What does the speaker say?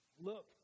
Look